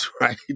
right